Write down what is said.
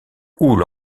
houle